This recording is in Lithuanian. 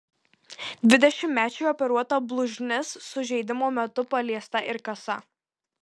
dvidešimtmečiui operuota blužnis sužeidimo metu paliesta ir kasa